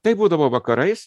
tai būdavo vakarais